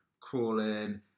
crawling